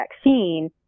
vaccine